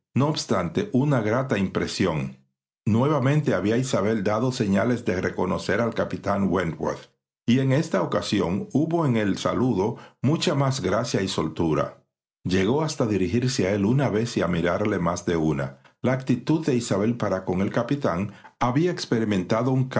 no obstante una grata impresión nuevamente había isabel dado señales de reconocer al capitán wentworth y en esta ocasión hubo en el saludo mucha más gracia y soltura llegó hasta dirigirse a él una vez y a mirarle más de una la actitud de isabel para con el capitán había experimentado un